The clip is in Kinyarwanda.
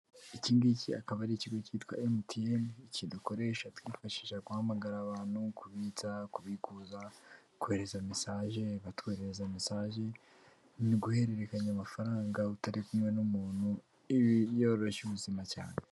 Iki ngiki akaba ari ikigo cyitwa emutiyene kidukoresha twifashi guhamagararira abantu, kubitsa, kubikuza, kohereza message, batwohererereza message, guhererekanya amafaranga utari kumwe n'umuntu ibi byoroshya ubuzima cyane.